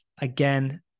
again